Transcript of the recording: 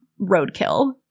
roadkill